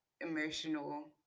emotional